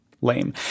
lame